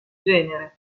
genere